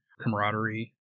camaraderie